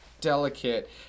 delicate